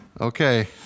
Okay